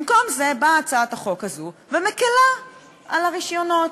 במקום זה באה הצעת החוק הזאת ומקלה על מתן הרישיונות,